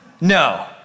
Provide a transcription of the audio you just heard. No